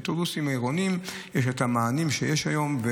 באוטובוסים עירוניים יש את המענים שיש היום,